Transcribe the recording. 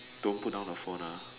don't put down the phone ah